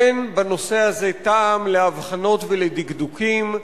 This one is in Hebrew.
אין בנושא הזה טעם להבחנות ולדקדוקים.